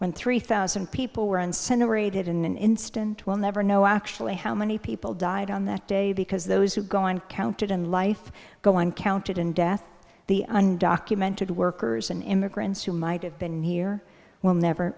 when three thousand people were in center aided in an instant we'll never know actually how many people died on that day because those who go and counted and life go and counted in death the undocumented workers and immigrants who might have been here we'll never